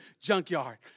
junkyard